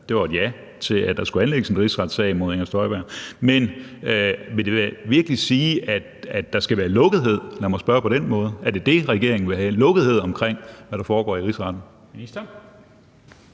det var et ja til, at der skulle anlægges en rigsretssag mod Inger Støjberg. Vil det virkelig sige, at der skal være lukkethed dér? Lad mig spørge på den måde. Er det det, regeringen vil have, altså lukkethed omkring, hvad der foregår i Rigsretten?